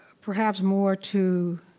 perhaps more to.